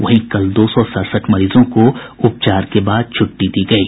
वहीं कल दो सौ सड़सठ मरीजों को उपचार के बाद छुट्टी दी गयी